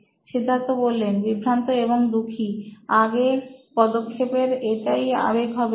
সিদ্ধার্থ বিভ্রান্ত এবং দুঃখীআগে পদক্ষেপের এটাই আবেগ হবে